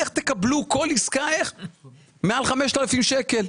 איך תקבל כל עסקה מעל 5,000 שקלים.